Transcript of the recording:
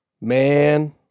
Man